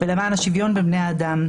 ולמען השוויון בין בני האדם.